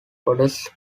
goddess